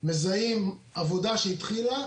מזהים עבודה שהתחילה,